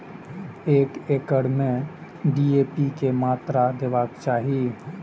एक एकड़ में डी.ए.पी के मात्रा देबाक चाही?